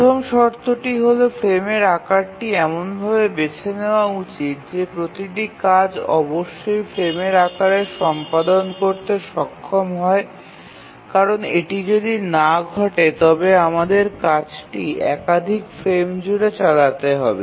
প্রথম শর্তটি হল ফ্রেমের আকারটি এমনভাবে বেছে নেওয়া উচিত যে প্রতিটি কাজ অবশ্যই ফ্রেমের আকারে সম্পাদন করতে সক্ষম হয় কারণ যদি এটি না ঘটে তবে আমাদের কাজটি একাধিক ফ্রেম জুড়ে চালাতে হবে